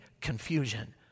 confusion